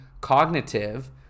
cognitive